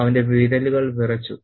അവന്റെ വിരലുകൾ വിറച്ചു